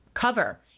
cover